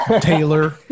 Taylor